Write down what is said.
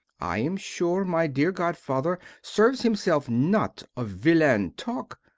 i am sure my dear godfather serves himself not of villain talk.